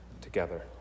together